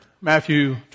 Matthew